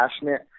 passionate